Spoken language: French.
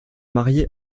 marié